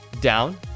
down